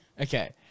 Okay